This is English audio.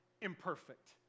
imperfect